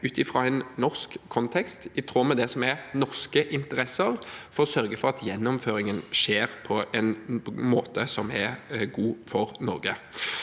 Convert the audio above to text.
ut fra en norsk kontekst, i tråd med det som er norske interesser, for å sørge for at gjennomføringen skjer på en måte som er god for Norge.